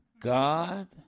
God